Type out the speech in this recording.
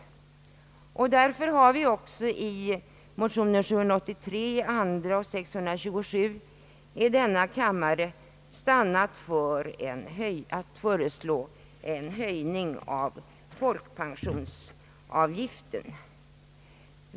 Därför har vi i motionen stannat för att föreslå en höjning av folkpensionsavgiften.